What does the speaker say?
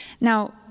Now